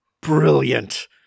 brilliant